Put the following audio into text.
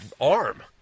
arm